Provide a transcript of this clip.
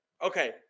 Okay